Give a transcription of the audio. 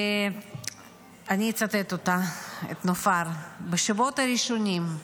ואצטט אותה, את נופר: בשבועות הראשונים,